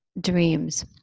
dreams